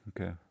okay